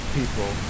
people